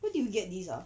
where do you get this ah